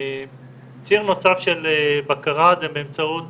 ציר נוסף של בקרה הוא באמצעות